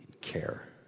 care